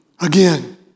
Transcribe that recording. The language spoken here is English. again